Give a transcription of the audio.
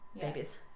babies